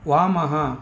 वामः